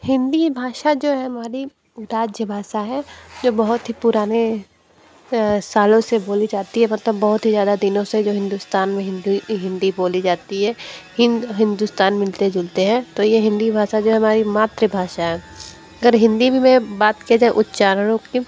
हिंदी भाषा जो है हमारी राज्य भाषा है जो ये बहुत ही पुराने सालों से बोली जाती है मतलब बहुत ही ज़्यादा दिनों से जो हिंदुस्तान में हिंदू हिंदी बोली जाती है हिंद हिंदुस्तान मिलते जुलते हैं तो ये हिंदी भाषा जो हमारी मातृभाषा है अगर हिंदी में बात किया जाए उच्चरणों की